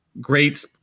Great